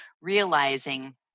realizing